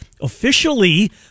officially